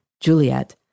Juliet